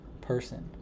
person